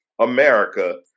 America